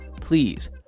please